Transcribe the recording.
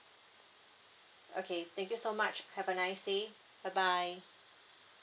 okay thank you so much have a nice day bye bye